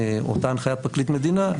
אותה הנחיית פרקליט מדינה,